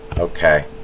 Okay